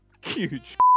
huge